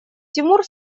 тимур